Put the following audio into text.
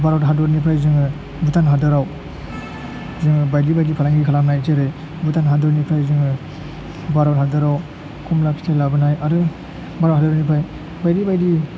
भारत हादरनिफ्राय जोङो भुटान हादर आव जोङो बायदि बायदि फालांगि खालामनाय जेरै भुटान हादर निफ्राय जोङो भारत हादराव खमला फिथाइ लाबोनाय आरो भारत हादरनिफ्राय बायदि बायदि